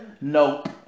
Nope